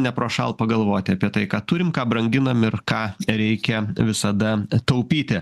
neprošal pagalvoti apie tai ką turim ką branginam ir ką reikia visada taupyti